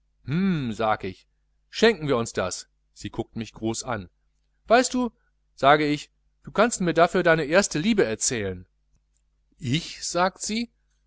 sag ich schenken wir uns das sie guckt mich groß an weißt du was sage ich du kannst mir dafür deine erste liebe erzählen ich sagt sie